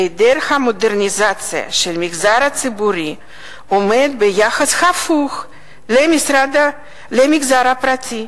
היעדר המודרניזציה של המגזר הציבורי עומד ביחס הפוך למגזר הפרטי,